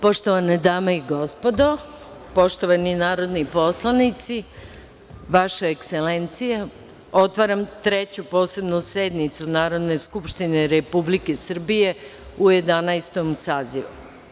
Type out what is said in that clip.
Poštovane dame i gospodo, poštovani narodni poslanici, vaša Ekselencijo, otvaram Treću posebnu sednicu Narodne skupštine Republike Srbijeu Jedanaestom sazivu.